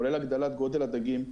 כולל הגדלת גודל הדגים,